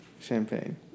Champagne